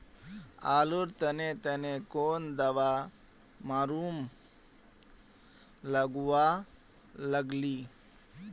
आलूर तने तने कौन दावा मारूम गालुवा लगली?